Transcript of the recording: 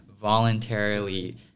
voluntarily